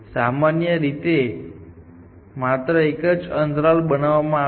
સામાન્ય રીતે અહીં માત્ર એક જ અંતરાલ બનાવવામાં આવે છે